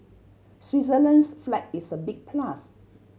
Switzerland's flag is a big plus